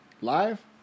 live